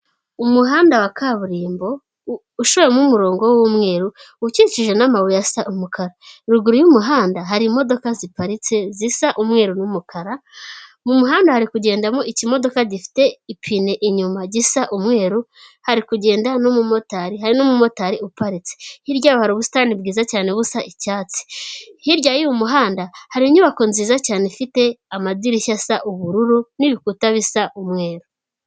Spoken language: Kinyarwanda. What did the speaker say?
Umuhanda wa kaburimbo ushoyemo umurongo w'umweru ukikijwe n'amabuyesa umukara, ruguru y'umuhanda hari imodoka ziparitse zisa umweru n'umukara, mu muhanda hari kugendamo ikimodoka gifite ipine inyuma gisa umweru, hari kugenda n'umumotari, hari n'umumotari uparitse. Hirya yaho hari ubusitani bwiza cyane busa icyatsi hirya y'uyu muhanda hari inyubako nziza cyane ifite amadirishya asa ubururu n'ibikuta bisa umweru.